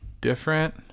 different